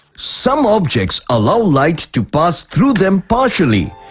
some objects allow light to pass through them partially.